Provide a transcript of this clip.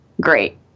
great